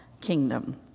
kingdom